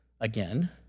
again